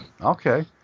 Okay